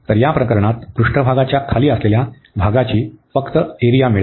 तर या प्रकरणात पृष्ठभागाच्या खाली असलेल्या भागाची फक्त एरिया मिळेल